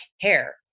care